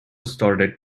started